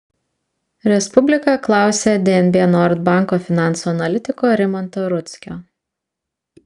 respublika klausė dnb nord banko finansų analitiko rimanto rudzkio